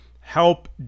help